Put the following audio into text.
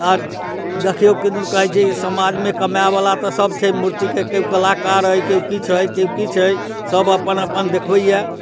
आओर देखिऔ किदन कहै छै समाजमे कमाइवला तऽ सब छै मूर्तिके केओ कलाकार अइ केओ किछु अइ केओ किछु अइ सब अपन अपन देखबैए